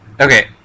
Okay